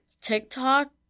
TikTok